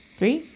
three,